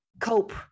cope